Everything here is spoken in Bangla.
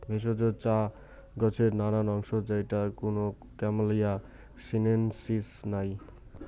ভেষজ চা গছের নানান অংশ যেইটে কুনো ক্যামেলিয়া সিনেনসিস নাই